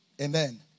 Amen